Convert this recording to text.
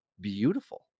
Beautiful